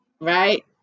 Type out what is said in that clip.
Right